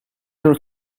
her